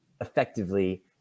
effectively